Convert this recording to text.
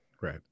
right